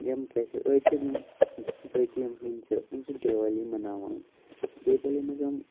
یِم کیٛاہ چھِ أڑۍ چھِ یِم بٲقٕے یِم ہِنٛدۍ چھِ یِم چھِ دیوالی مَناوان دیوالی منٛز چھِ یِم